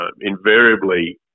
invariably